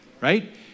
Right